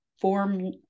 form